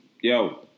yo